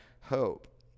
hope